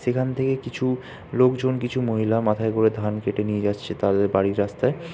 সেখান থেকে কিছু লোকজন কিছু মহিলা মাথায় করে ধান কেটে নিয়ে যাচ্ছে তাদের বাড়ির রাস্তায়